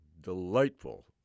delightful